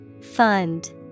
Fund